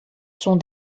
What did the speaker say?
sont